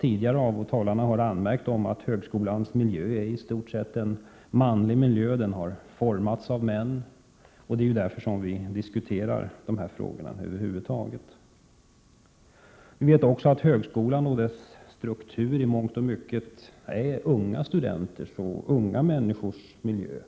Tidigare talare har anmärkt att högskolans miljö i stort sett är en manlig miljö. Den har formats av män. Det är därför som vi över huvud taget diskuterar de här frågorna. Högskolan med dess struktur är också i mångt och mycket unga studenters och unga människors miljö.